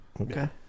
Okay